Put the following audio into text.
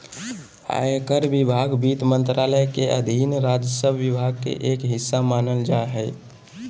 आयकर विभाग वित्त मंत्रालय के अधीन राजस्व विभाग के एक हिस्सा मानल जा हय